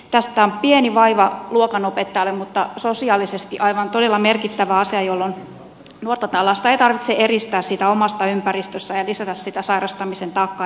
tästä on pieni vaiva luokanopettajalle mutta se on sosiaalisesti aivan todella merkittävä asia jolloin nuorta tai lasta ei tarvitse eristää siitä omasta ympäristöstään ja lisätä sitä sairastamisen taakkaa